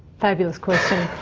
fabulous question.